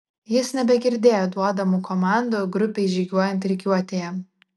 jis nebegirdėjo duodamų komandų grupei žygiuojant rikiuotėje